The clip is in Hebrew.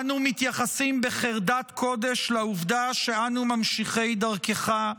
אנו מתייחסים בחרדת קודש לעובדה שאנו ממשיכי דרכך,